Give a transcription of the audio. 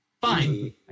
Fine